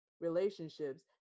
relationships